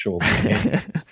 actual